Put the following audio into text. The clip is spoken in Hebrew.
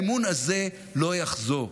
האמון הזה לא יחזור.